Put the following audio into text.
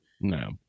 No